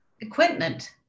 equipment